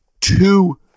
two